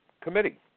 committee